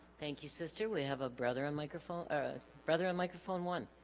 thank you sister we have a brother on microphone a brother on microphone one